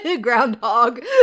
Groundhog